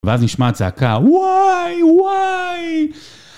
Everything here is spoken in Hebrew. ואז נשמע צעקה וואי וואי